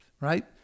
right